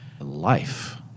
life